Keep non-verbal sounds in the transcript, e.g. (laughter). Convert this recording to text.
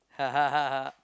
(laughs)